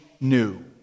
new